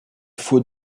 faut